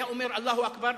היה אומר "אללה אכבר",